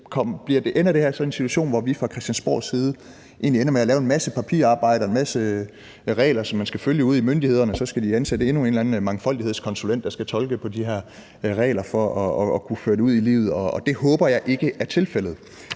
her så i en situation, hvor vi fra Christiansborgs side egentlig ender med at lave en masse papirarbejde og en masse regler, som myndighederne skal følge derude, så de skal ansætte endnu en eller anden mangfoldighedskonsulent, der skal tolke de her regler, for at de kan føres ud i livet? Det håber jeg ikke er tilfældet.